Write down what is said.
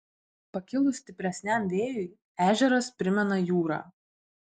pakilus stipresniam vėjui ežeras primena jūrą